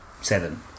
seven